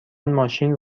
ماشین